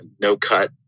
no-cut